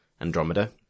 andromeda